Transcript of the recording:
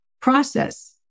process